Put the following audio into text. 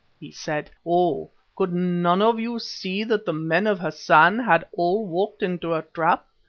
he said. oh! could none of you see that the men of hassan had all walked into a trap?